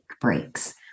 breaks